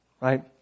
Right